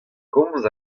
komz